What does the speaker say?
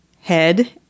head